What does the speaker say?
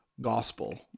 gospel